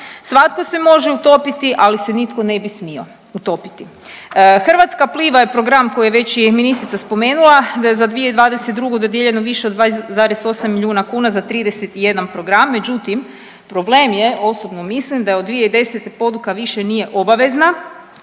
svatko se može utopiti, ali se nitko ne bi smio utopiti. Hrvatska pliva je program koji već je ministrica spomenula, da je za 2022. dodijeljeno više od 2,8 milijuna kuna za 31 program, međutim, problem je, osobno mislim, da od 2010. poduka više nije obavezna